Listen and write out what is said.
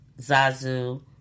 Zazu